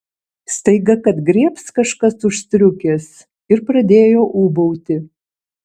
staiga kad griebs kažkas už striukės ir pradėjo ūbauti